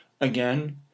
Again